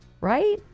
right